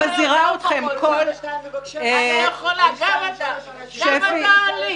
גם אתה אלים.